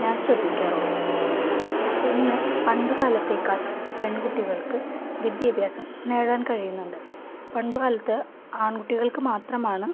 ഞാൻ ശ്രദ്ധിക്കാറുള്ളൂ ഇന്ന് പണ്ടുകാലത്തെക്കാൾ പെൺകുട്ടികൾക്ക് വിദ്യാഭ്യാസം നേടാൻ കഴിയുന്നുണ്ട് പണ്ടുകാലത്ത് ആൺകുട്ടികൾക്ക് മാത്രമാണ്